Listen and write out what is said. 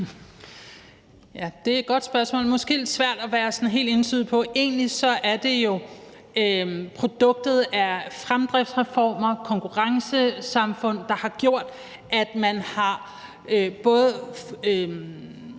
Det er et godt spørgsmål, men måske lidt svært at svare sådan helt entydigt på. Egentlig er det jo produktet af fremdriftsreformer og konkurrencesamfund, der har gjort, at man har